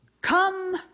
come